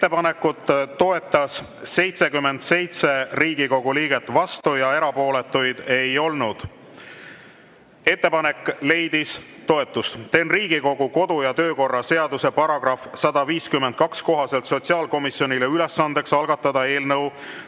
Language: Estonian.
Ettepanekut toetas 77 Riigikogu liiget, vastuolijaid ega erapooletuid ei olnud. Ettepanek leidis toetust. Teen Riigikogu kodu- ja töökorra seaduse § 152 kohaselt sotsiaalkomisjonile ülesandeks algatada eelnõu